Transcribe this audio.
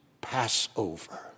Passover